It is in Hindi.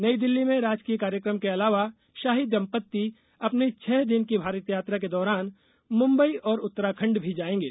नई दिल्ली में राजकीय कार्यक्रम के अलावा शाही दम्पत्ति अपनी छह दिन की भारत यात्रा के दौरान मुंबई और उत्तराखंड भी जाएंगे